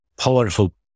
powerful